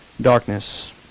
darkness